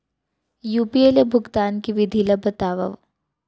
UPI ले भुगतान के विधि ला बतावव